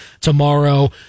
tomorrow